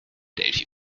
delphi